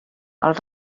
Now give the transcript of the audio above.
els